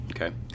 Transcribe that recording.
Okay